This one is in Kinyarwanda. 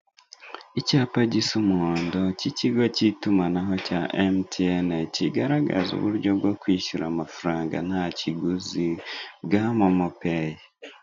Icyapa gisa umuhondo cy'ikigo cy'itumanaho cya emutiyene kigaragaza uburyo bwo kwishyura amafaranga nta kiguzi, bwamamo peyi.